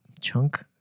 chunk